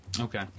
okay